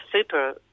super